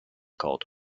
called